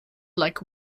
like